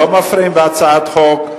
לא מפריעים בהצעת חוק.